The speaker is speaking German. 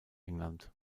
england